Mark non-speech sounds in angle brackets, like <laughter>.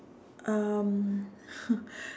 um <laughs>